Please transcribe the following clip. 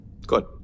Good